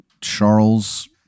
Charles